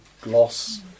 gloss